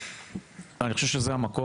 אני חושב שזה המקום,